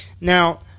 Now